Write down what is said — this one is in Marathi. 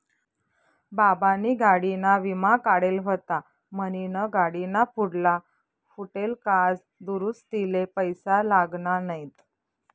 बाबानी गाडीना विमा काढेल व्हता म्हनीन गाडीना पुढला फुटेल काच दुरुस्तीले पैसा लागना नैत